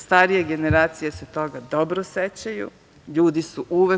Starije generacije se toga dobro sećaju, ljudi su uvek